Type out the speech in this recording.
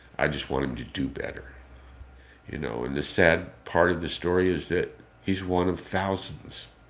i just want him to do better you know, and the sad part of this story is that he's one of thousands,